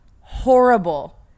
horrible